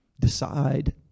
Decide